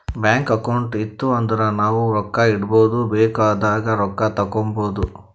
bank account ಇತ್ತು ಅಂದುರ್ ನಾವು ರೊಕ್ಕಾ ಇಡ್ಬೋದ್ ಬೇಕ್ ಆದಾಗ್ ರೊಕ್ಕಾ ತೇಕ್ಕೋಬೋದು